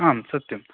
आम् सत्यम्